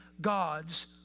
God's